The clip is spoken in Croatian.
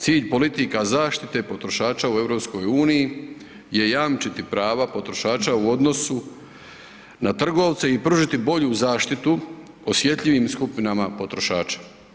Cilj politika zaštite potrošača u EU je jamčiti prava potrošača u odnosu na trgovce i pružiti bolju zaštitu osjetljivim skupinama potrošača.